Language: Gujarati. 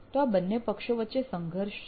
તો આ બંને પક્ષો વચ્ચે સંઘર્ષ છે